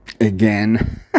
again